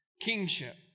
kingship